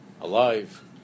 alive